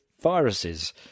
viruses